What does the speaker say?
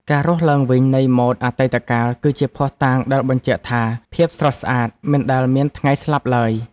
ការរស់ឡើងវិញនៃម៉ូដអតីតកាល គឺជាភស្តុតាងដែលបញ្ជាក់ថាភាពស្រស់ស្អាតមិនដែលមានថ្ងៃស្លាប់ឡើយ។